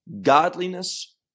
godliness